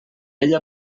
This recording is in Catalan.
ella